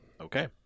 Okay